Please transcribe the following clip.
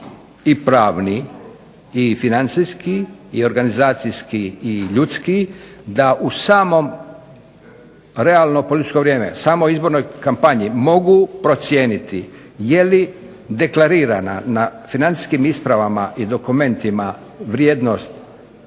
i pravni i financijski i organizacijski i ljudski, da u samo realno političko vrijeme, samoj izbornoj kampanji mogu procijeniti je li deklarirana na financijskim ispravama i dokumentima vrijednost